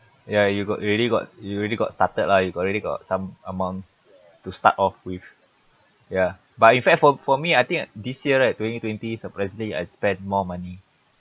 ya you got you already got you already got started lah you already got some amount to start off with ya in fact for for me I think this year right two thousand and twenty is personally I spend more money